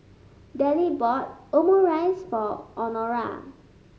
Dellie bought Omurice for Honora